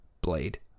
Blade